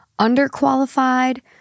underqualified